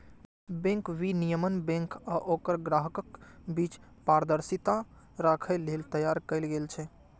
bank विनियमन bank आ ओकर ग्राहकक बीच पारदर्शिता राखै लेल तैयार कैल गेल छै